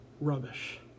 rubbish